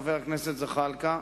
חבר הכנסת זחאלקה.